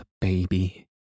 baby